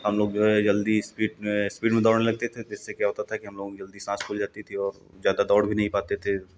हम लोग जो है जल्दी स्पीड में स्पीड में दौड़ने लगते थे इससे क्या होता था कि हम लोगों की जल्दी साँस फूल जाती थी और ज़्यादा दौड़ भी नहीं पाते थे